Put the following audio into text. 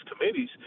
committees